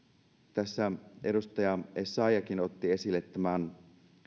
tässä edustaja essayahkin otti esille tämän